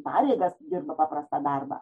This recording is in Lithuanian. pareigas dirba paprastą darbą